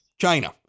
China